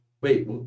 Wait